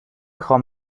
خوام